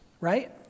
right